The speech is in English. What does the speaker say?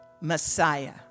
Messiah